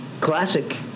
classic